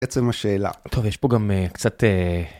עצם השאלה. -טוב, יש פה גם קצת...